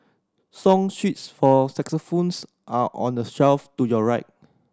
song sheets for are on the shelf to your right